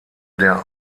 der